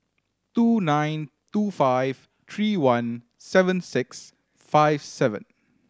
two nine two five three one seven six five seven